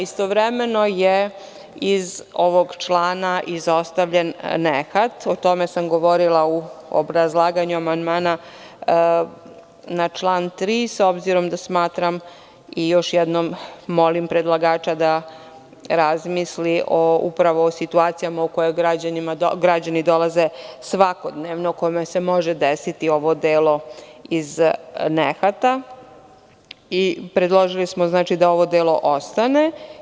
Istovremeno je iz ovog člana izostavljen nehat, o čemu sam govorila u obrazlaganju amandmana na član 3. S obzirom da smatram i još jednom molim predlagača da razmislim upravo o situacijama u koje građani dolaze svakodnevno, u kojima se može desiti ovo delo iz nehata, predložili smo da ovo delo ostane.